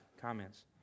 Comments